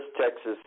Texas